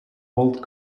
old